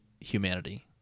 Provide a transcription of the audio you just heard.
humanity